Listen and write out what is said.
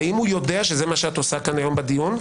האם הוא יודע שזה מה שאת עושה כאן היום בדיון?